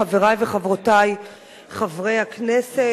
חברי וחברותי חברי הכנסת,